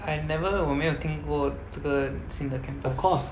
I never 我没有听过这个新的 campus